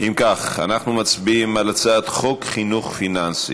אם כך, אנחנו מצביעים על הצעת חוק חינוך פיננסי.